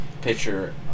picture